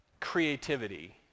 creativity